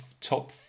top